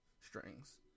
strings